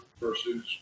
versus